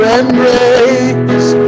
embrace